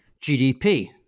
GDP